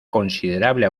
considerable